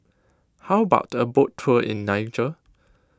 how about a boat tour in Niger